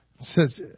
says